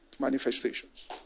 manifestations